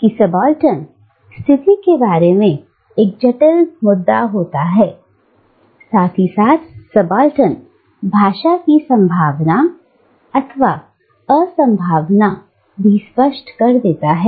कि सबाल्टर्न स्थिति के बारे में यह एक जटिल मुद्दा होता है साथ ही साथ सबाल्टर्न भाषा की संभावना असंभावना भी स्पष्ट हो जाएगी